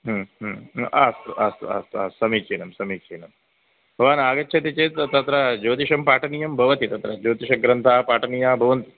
अस्तु अस्तु अस्तु समीचीनं समीचीनं भवान् आगच्छति चेत् तत्र ज्योतिष्यं पाठनीयं भवति तत्र ज्योतिष्यग्रन्थाः पाठनीयाः भवन्ति